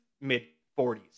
mid-40s